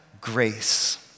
grace